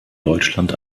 deutschland